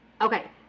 Okay